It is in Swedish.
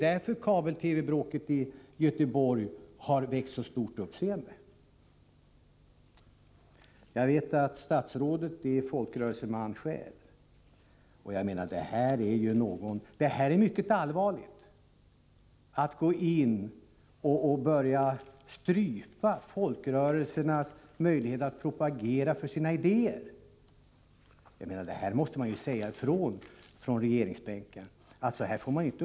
Därför har kabel-TV-bråket i Göteborg väckt så stort uppseende. Statsrådet är ju folkrörelseman själv och måste tycka att det är mycket allvarligt att någon går in och stryper folkrörelsernas möjlighet att propagera för sina idéer. Här måste det sägas ifrån från regeringsbänken.